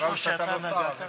התשע"ו 2016,